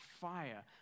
fire